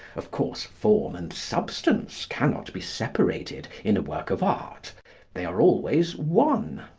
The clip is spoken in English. of course, form and substance cannot be separated in a work of art they are always one.